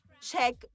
check